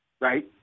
right